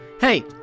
Hey